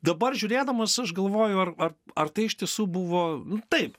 dabar žiūrėdamas aš galvoju ar ar ar tai iš tiesų buvo nu taip